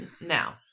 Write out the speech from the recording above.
Now